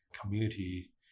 community